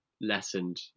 lessened